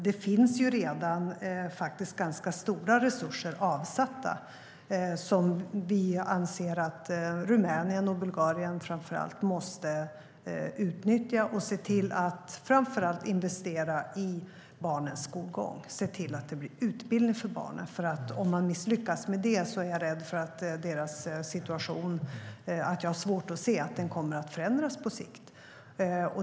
Det finns redan ganska stora resurser avsatta som vi anser att främst Rumänien och Bulgarien måste utnyttja, framför allt för att investera i barnens skolgång och se till att de får utbildning. Om man misslyckas med det har jag svårt att se att deras situation kommer att förändras på sikt.